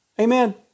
Amen